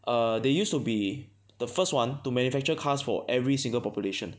err they used to be the first one to manufacture cars for every single population